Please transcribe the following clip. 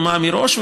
אטומה מראש,